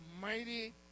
mighty